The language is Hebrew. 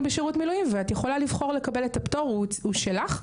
בשירות מילואים ואת יכולה לבחור לקבל את הפטור הוא שלך.